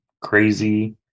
crazy